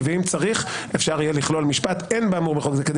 ואם צריך אפשר יהיה לכלול משפט: "אין באמור בחוק זה כדי